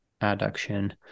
adduction